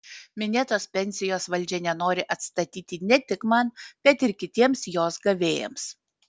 minėtos pensijos valdžia nenori atstatyti ne tik man bet ir kitiems jos gavėjams